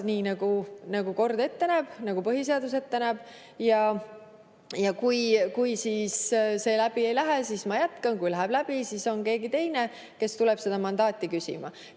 nii nagu kord ette näeb, nagu põhiseadus ette näeb. Kui see läbi ei lähe, siis ma jätkan, ja kui läheb läbi, siis on keegi teine, kes tuleb seda mandaati küsima.